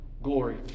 Glory